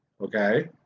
okay